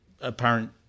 apparent